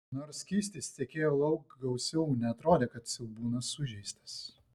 nors skystis tekėjo lauk gausiau neatrodė kad siaubūnas sužeistas